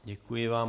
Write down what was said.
Děkuji vám.